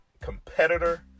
competitor